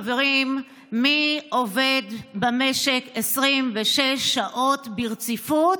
חברים: מי עובד במשק 26 שעות ברציפות